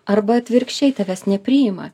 arba atvirkščiai tavęs nepriima